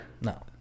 No